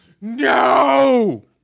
No